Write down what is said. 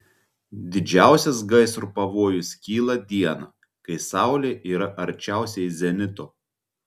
didžiausias gaisro pavojus kyla dieną kai saulė yra arčiausiai zenito